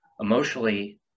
emotionally